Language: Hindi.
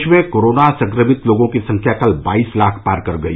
देश में कोरोना संक्रमित लोगों की संख्या कल बाईस लाख पार कर गई